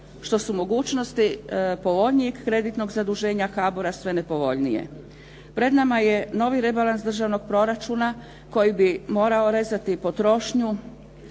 što su mogućnosti povoljnijeg kreditnog zaduženja HABOR-a sve nepovoljnije. Pred nama je novi rebalans državnog proračuna koji bi morao rezati potrošnju